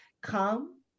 come